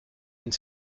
une